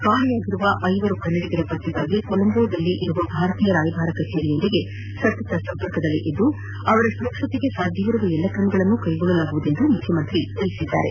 ಕಾಣೆಯಾಗಿರುವ ಐವರು ಕನ್ನಡಿಗರ ಪತ್ತೆಗಾಗಿ ಕೊಲಂಬೋದಲ್ಲಿನ ಭಾರತೀಯ ರಾಯಭಾರ ಕಛೇರಿಯ ಜೊತೆ ಸತತ ಸಂಪರ್ಕದಲ್ಲಿದ್ದು ಅವರ ಸುರಕ್ಷತೆಗೆ ಸಾಧ್ಯವಿರುವ ಎಲ್ಲಾ ಕ್ರಮಗಳನ್ನು ಕೈಗೊಳ್ಳಲಾಗುವುದು ಎಂದು ಮುಖ್ಯಮಂತ್ರಿ ಕುಮಾರಸ್ವಾಮಿ ಹೇಳಿದರು